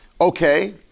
okay